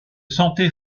santé